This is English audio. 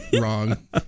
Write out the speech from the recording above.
wrong